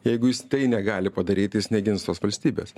jeigu jis tai negali padaryti jis negins tos valstybės